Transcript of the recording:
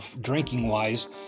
drinking-wise